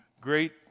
great